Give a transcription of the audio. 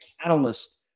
catalyst